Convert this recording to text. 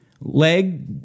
Leg